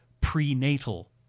prenatal